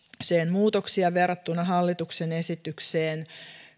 muutoksia verrattuna hallituksen esitykseen